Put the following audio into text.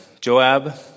Joab